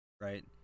right